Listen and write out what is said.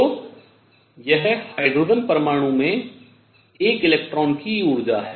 तो यह हाइड्रोजन परमाणु में एक इलेक्ट्रॉन की ऊर्जा है